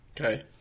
Okay